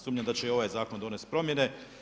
Sumnjam da će i ovaj zakon donest promjene.